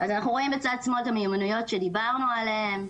אנחנו רואים בצד שמאל את המיומנויות שדיברנו עליהן.